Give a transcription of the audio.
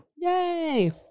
Yay